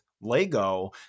lego